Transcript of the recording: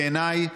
בעיניי,